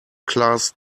class